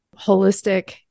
holistic